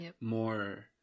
more